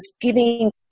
giving